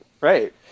right